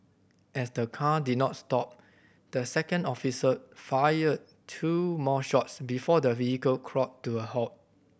as the car did not stop the second officer fired two more shots before the vehicle crawled to a halt